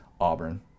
Auburn